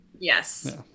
Yes